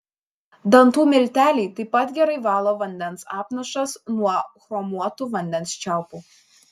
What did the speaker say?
dantų milteliai taip pat gerai valo vandens apnašas nuo chromuotų vandens čiaupų